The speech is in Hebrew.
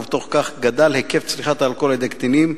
ובתוך כך גדל היקף צריכת האלכוהול על-ידי קטינים.